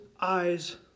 eyes